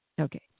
Okay